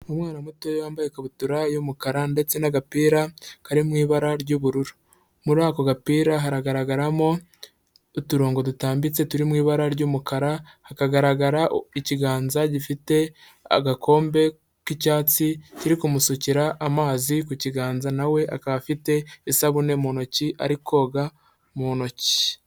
Umwana muto wambaye ikabutura y'umukara ndetse n'agapira kari mu ibara ry'ubururu, muri ako gapira hagaragaramo uturongo dutambitse turi mu ibara ry'umukara, hakagaragara ikiganza gifite agakombe k'icyatsi, kiri kumusukira amazi ku kiganza, na we akaba afite isabune mu ntoki ari koga mu ntoki.